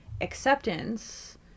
acceptance